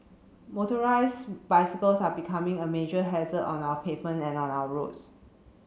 motorised bicycles are becoming a major hazard on our pavement and on our roads